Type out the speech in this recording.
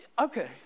okay